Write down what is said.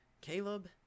Caleb